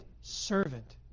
servant